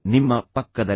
ನಿಮ್ಮ ಪಕ್ಕದಲ್ಲಿ